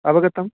अवगतं